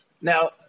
Now